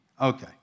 Okay